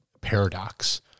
paradox